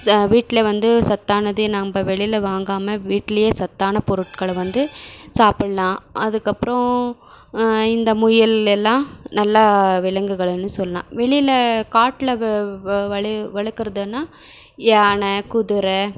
ச வீட்டுல வந்து சத்தானதே நம்ப வெளியில வாங்காமல் வீட்லையே சத்தான பொருட்களை வந்து சாப்புடல்லாம் அதுக்கப்புறோம் இந்த முயல் எல்லாம் நல்லா விலங்குகளுன்னு சொல்லாம் வெளியில காட்ல வெ வெ வலிய வளர்க்கறதுன்னா யானை குதிர